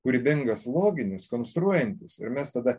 kūrybingas loginis konstruojantis ir mes tada